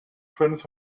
prince